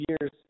years